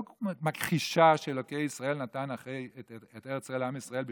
לא מכחישים שאלוקי ישראל נתן את ארץ ישראל לעם ישראל בשעתו,